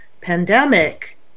pandemic